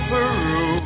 Peru